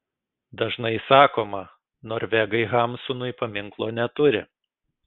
dažnai sakoma norvegai hamsunui paminklo neturi